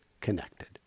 connected